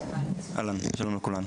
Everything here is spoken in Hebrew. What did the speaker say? אהלן, שלום לכולם,